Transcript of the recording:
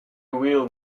wheel